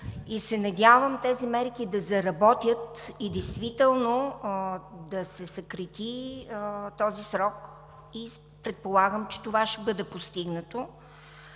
Надявам се тези мерки да заработят и действително да се съкрати срокът. Предполагам, че това ще бъде постигнато.